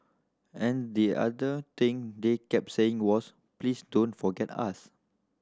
and the other thing they kept saying was please don't forget us